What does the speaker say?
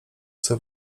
chcę